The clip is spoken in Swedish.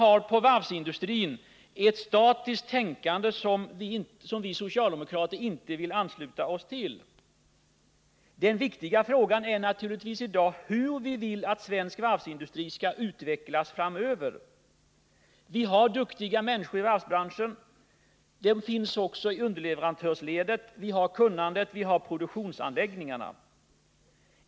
Han har ett statiskt tänkande när det gäller varvsindustrin som vi 5 juni 1980 socialdemokrater inte vill ansluta oss till. Den viktiga frågan i dag är naturligtvis hur vi vill att svensk varvsindustri skall utvecklas framöver. Vi har duktiga människor i varvsbranschen. De finns också i underleverantörsledet. Vi har kunnandet, och vi har produktionsanläggningarna.